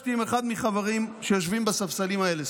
נפגשתי עם אחד מהחברים שיושבים בספסלים האלה,